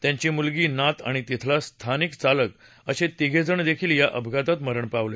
त्यांची मुलगी नात आणि तिथला स्थानिक चालक असे तिघेजण देखील या अपघात मरण पावले